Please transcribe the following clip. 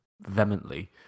vehemently